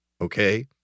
okay